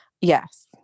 Yes